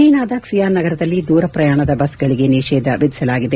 ಚ್ನೆನಾದ ಕ್ಲಿಯಾನ್ ನಗರದಲ್ಲಿ ದೂರ ಪ್ರಯಾಣದ ಬಸ್ಗಳಿಗೆ ನಿಷೇಧ ವಿಧಿಸಲಾಗಿದೆ